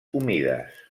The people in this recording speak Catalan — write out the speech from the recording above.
humides